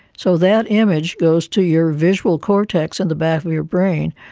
so that image goes to your visual cortex in the back of your brain,